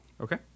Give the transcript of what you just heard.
Okay